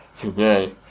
today